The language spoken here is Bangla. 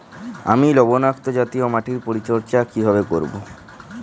আমি লবণাক্ত জাতীয় মাটির পরিচর্যা কিভাবে করব?